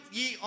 ye